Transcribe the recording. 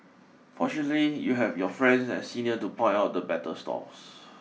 fortunately you have your friends and senior to point out the better stalls